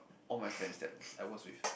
all my friends that I was with